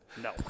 No